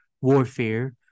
warfare